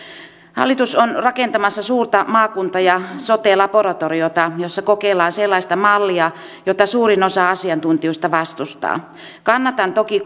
hallitus on rakentamassa suurta maakunta ja sote laboratoriota jossa kokeillaan sellaista mallia jota suurin osa asiantuntijoista vastustaa kannatan toki